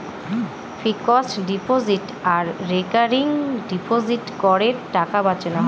fixed deposit আর recurring ডিপোজিটে করের টাকা বাঁচানো হয়